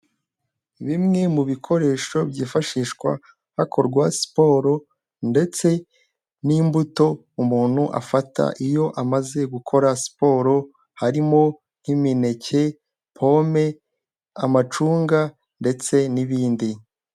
Bimwe mu bikoresho byifashishwa hakorwa siporo ndetse n'imbuto umuntu afata iyo amaze gukora siporo harimo nk'imineke, pome, amacunga ndetse n'ibindi.